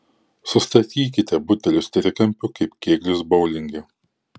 sustatykite butelius trikampiu kaip kėglius boulinge